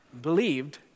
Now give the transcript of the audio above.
believed